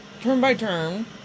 turn-by-turn